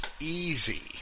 easy